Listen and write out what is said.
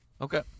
Okay